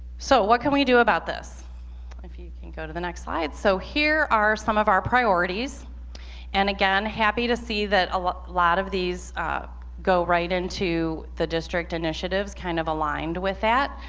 so what can we do about this if you can't go to the next slide so here are some of our priorities and again happy to see that a lot lot of these go right into the district initiatives kind of aligned with that